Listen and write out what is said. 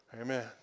Amen